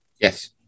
Yes